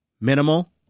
minimal